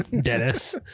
Dennis